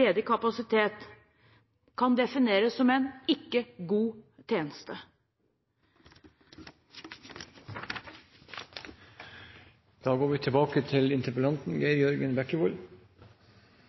ledig kapasitet – kan defineres som en ikke god tjeneste?